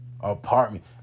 apartment